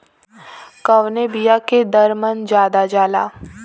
कवने बिया के दर मन ज्यादा जाला?